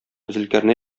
зөлкарнәй